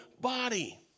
body